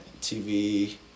TV